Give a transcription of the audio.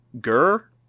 Gur